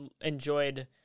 enjoyed